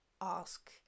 ask